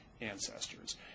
ancestors